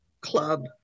club